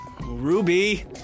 Ruby